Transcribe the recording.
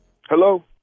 Hello